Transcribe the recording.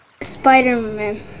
Spider-Man